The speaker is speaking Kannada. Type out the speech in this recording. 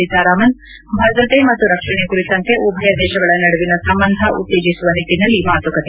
ಸೀತಾರಾಮನ್ ಭದ್ರತೆ ಮತ್ತು ರಕ್ಷಣೆ ಕುರಿತಂತೆ ಉಭಯ ದೇಶಗಳ ನಡುವಿನ ಸಂಬಂಧ ಉತ್ತೇಜಿಸುವ ನಿಟ್ಟಿನಲ್ಲಿ ಮಾತುಕತೆ